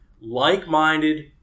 like-minded